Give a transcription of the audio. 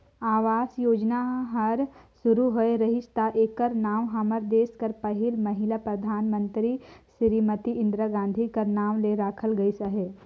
आवास योजना हर सुरू होए रहिस ता एकर नांव हमर देस कर पहिल महिला परधानमंतरी सिरीमती इंदिरा गांधी कर नांव ले राखल गइस अहे